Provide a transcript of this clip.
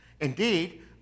Indeed